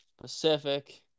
Pacific